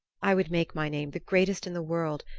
i would make my name the greatest in the world,